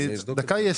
גיא,